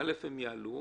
דבר אחד, הם יעלו,